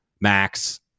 Max